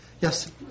yes